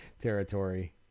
territory